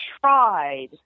tried